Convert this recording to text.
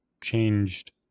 changed